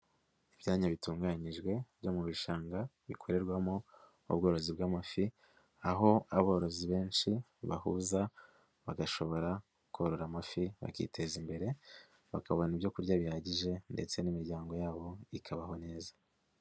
Ibyanya bitunganyijwe byo mu bishanga bikorerwamo ubworozi bw'amafi, aho aborozi benshi bahuza, bagashobora korora amafi, bakiteza imbere, bakabona ibyo kurya bihagije ndetse n'imiryango yabo ikabaho neza.